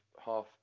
half